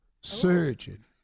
surgeon